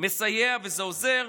מסייע וזה עוזר,